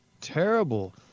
terrible